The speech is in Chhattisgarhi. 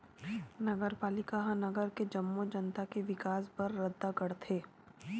नगरपालिका ह नगर के जम्मो जनता के बिकास बर रद्दा गढ़थे